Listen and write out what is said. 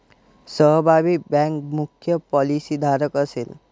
सहभागी बँक मुख्य पॉलिसीधारक असेल